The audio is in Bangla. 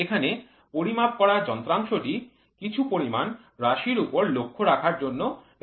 এখানে পরিমাপ করা যন্ত্রাংশটি কিছু পরিমাণ রাশির উপর লক্ষ্য রাখার জন্য ব্যবহৃত হয়